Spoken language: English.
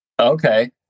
Okay